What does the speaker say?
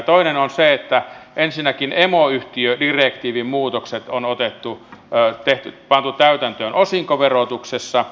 toinen on se että ensinnäkin emoyhtiödirektiivin muutokset on pantu täytäntöön osinkoverotuksessa